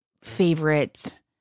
favorite